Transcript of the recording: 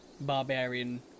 barbarian